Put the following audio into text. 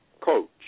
coach